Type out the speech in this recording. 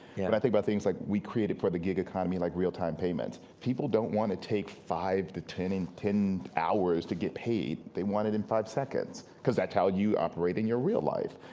and i think about but things like we created for the gig economy like real time payments. people don't want to take five to ten in ten hours to get paid, they want it in five seconds, cause that's how you operate in your real life!